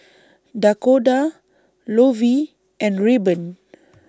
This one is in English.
Dakoda Lovie and Rayburn